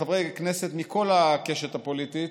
חברי כנסת מכל הקשת הפוליטית,